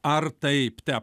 ar taip tep